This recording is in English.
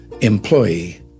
employee